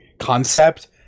Concept